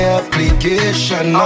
application